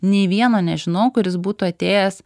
nei vieno nežinau kuris būtų atėjęs